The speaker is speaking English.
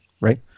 right